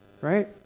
Right